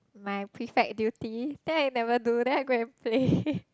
my prefect duty then I never do then I go and play